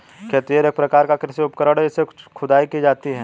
खेतिहर एक प्रकार का कृषि उपकरण है इससे खुदाई की जाती है